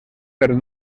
per